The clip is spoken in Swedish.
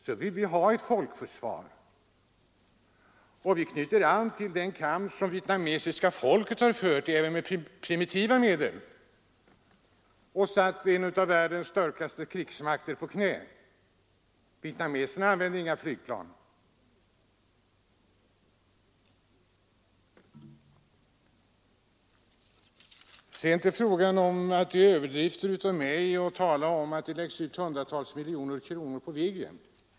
Vi vill ha ett folkförsvar, och vi knyter an till den kamp som vietnamesiska folket fört med primitiva medel när man fått en av världens starkaste krigsmakter på knä. Vietnameserna använde inga flygplan. Sedan till påståendet om att det är överdrifter när jag talar om att man lagt ut hundratals miljoner på Viggen.